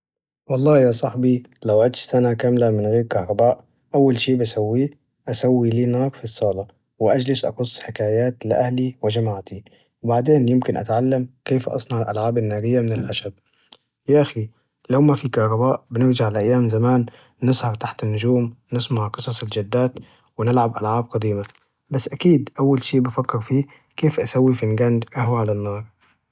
والله يا صاحبي، لو أجلس سنة كاملة من غير كهرباء أول شي بسويه، أسوي لي نار في الصالة، وأجلس أقص حكايات لأهلي وجماعتي، وبعدين يمكن أتعلم كيف أصنع ألعاب نارية من الخشب، يا أخي، لو ما في كهرباء بنرجع لأيام زمان نسهر تحت النجوم نسمع قصص الجدات ونلعب ألعاب قديمة، بس أكيد أول شي بفكر فيه، كيف أسوي فنجان أهوة على النار؟.